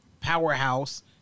powerhouse